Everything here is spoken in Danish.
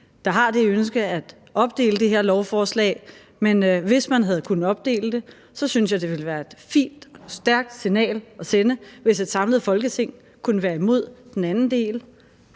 er det måske lidt meget forlangt at gøre det, men hvis man havde kunnet opdele det, synes jeg, det ville være et fint og stærkt signal at sende, for så ville et samlet Folketing være imod den anden del,